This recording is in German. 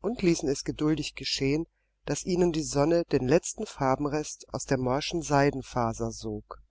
und ließen es geduldig geschehen daß ihnen die sonne den letzten farbenrest aus der morschen seidenfaser sog